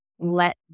Let